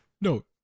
No